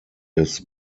des